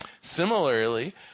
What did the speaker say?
Similarly